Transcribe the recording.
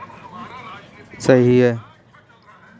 किसी भी तरह की खरीददारी में कूपन की अहम भूमिका मानी जाती है